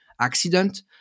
accident